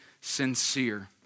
sincere